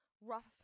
rough